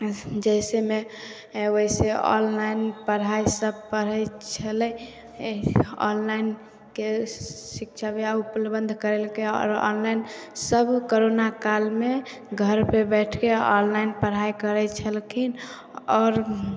जइसे मे वैसे ऑनलाइन पढ़ाइ सब पढ़ै छलै आओर ऑनलाइनके शिक्षा उपलब्ध करेलकै आओर ऑनलाइन सब कोरोना कालमे घरपे बैठके ऑनलाइन पढ़ाइ करै छलखिन आओर